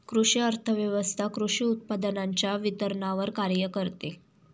कृषी अर्थव्यवस्वथा कृषी उत्पादनांच्या वितरणावर कार्य करते